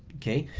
okay?